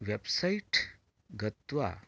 website गत्वा